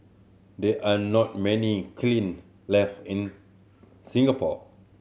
there are not many kiln left in Singapore